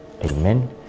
Amen